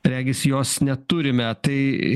regis jos neturime tai